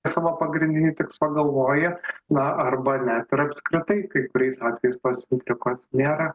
savo pagrindinį tikslą pagalvoji na arba net ir apskritai kai kuriais atvejais tos įtakos nėra